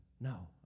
No